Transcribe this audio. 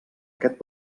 aquest